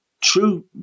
True